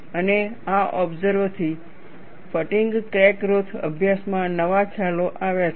અને આ ઓબસર્વ થી ફટીગ ક્રેક ગ્રોથ અભ્યાસમાં નવા ખ્યાલો આવ્યા છે